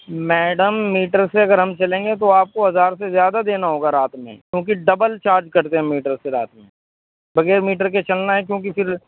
madam meter سے اگر ہم چلیں گے تو آپ کو ہزار سے زیادہ دینا ہوگا رات میں کیونکہ ڈبل چارج کٹتے ہیں میٹر سے رات میں بغیر میٹر کے چلنا ہے کیونکہ پھر